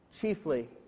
Chiefly